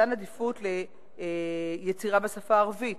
מתן עדיפות ליצירה בשפה הערבית,